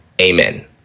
Amen